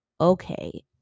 okay